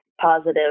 positive